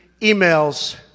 emails